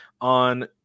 on